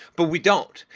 but we don't,